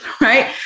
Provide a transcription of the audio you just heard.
right